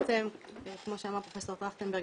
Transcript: כמו שאמר פרופ' טרכטנברג,